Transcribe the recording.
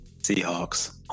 seahawks